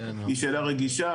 היא שאלה רגישה,